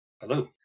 Hello